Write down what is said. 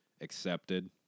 accepted